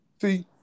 See